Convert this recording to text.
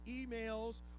emails